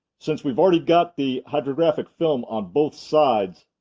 since we've already got the hydrographic film on both sides,